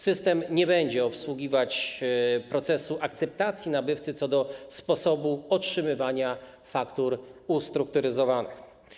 System nie będzie obsługiwać procesu akceptacji nabywcy co do sposobu otrzymywania faktur ustrukturyzowanych.